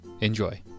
Enjoy